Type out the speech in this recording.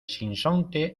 sinsonte